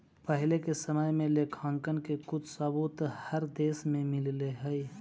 पहिले के समय में लेखांकन के कुछ सबूत हर देश में मिलले हई